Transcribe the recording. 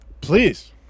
Please